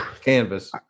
canvas